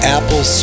Apple